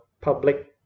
public